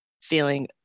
feeling